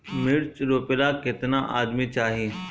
मिर्च रोपेला केतना आदमी चाही?